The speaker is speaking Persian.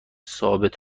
ثابت